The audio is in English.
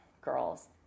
girls